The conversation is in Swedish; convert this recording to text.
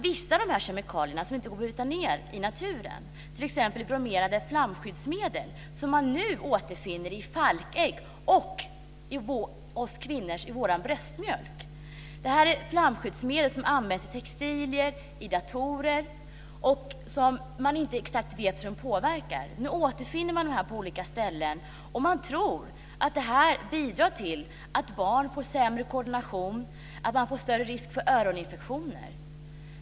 Vissa kemikalier som inte bryts ned i naturen - t.ex. bromerade flamskyddsmedel - återfinner man nu i falkägg och i kvinnors bröstmjölk. Bromerade flamskyddsmedel används i textilier och i datorer, och man vet inte exakt hur de påverkar. Nu återfinns dessa kemikalier på olika ställen. Man tror att de bidrar till att barn får sämre koordination och större risk för öroninfektioner.